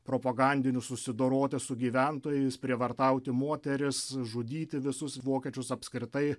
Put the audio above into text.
propagandinius susidoroti su gyventojais prievartauti moteris žudyti visus vokiečius apskritai